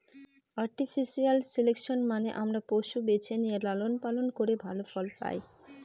artificial selection মানে আমরা পশু বেছে নিয়ে লালন পালন করে ভালো ফল পায়